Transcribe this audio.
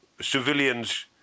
civilians